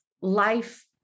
life